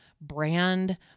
brand